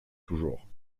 toujours